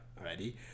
Already